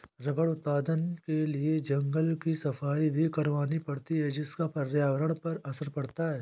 rubber उत्पादन के लिए जंगल की सफाई भी करवानी पड़ती है जिसका पर्यावरण पर असर पड़ता है